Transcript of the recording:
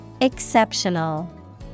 Exceptional